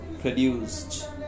produced